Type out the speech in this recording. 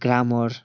grammar